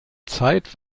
zeit